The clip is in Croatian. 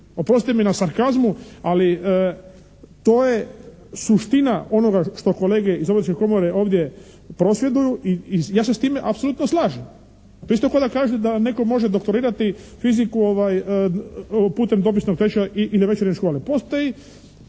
Oprosti mi na sarkazmu, ali to je suština onoga što kolege iz Obrtničke komore ovdje prosvjeduju i ja se s time apsolutno slažem. To je isto kao da kažete da netko može doktorirati fiziku putem dopisnog tečaja i na večernje škole. Postoji